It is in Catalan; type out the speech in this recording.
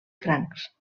crancs